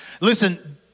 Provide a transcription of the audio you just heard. Listen